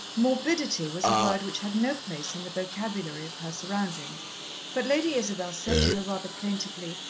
morbidity was a word which had no place in the vocabulary of her surroundings but lady isabel said to her rather plaintively,